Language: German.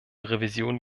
revision